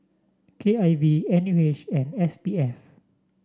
K I V N U H and S P F